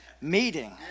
meeting